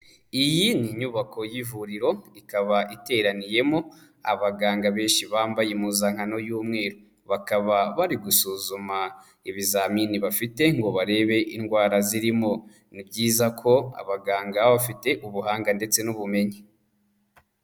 Iyi ni inyubako y'ivuriro ikaba iteraniyemo abaganga benshi bambaye impuzankano y'umweru. Bakaba bari gusuzuma ibizamini bafite ngo barebe indwara zirimo. Ni byiza ko abaganga baba bafite ubuhanga ndetse n'ubumenyi.